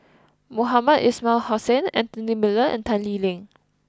Mohamed Ismail Hussain Anthony Miller and Tan Lee Leng